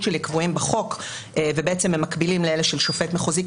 שלי קבועים בחוק ובעצם הם מקבילים לאלה של שופט מחוזי,